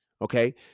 okay